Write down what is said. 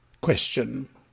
Question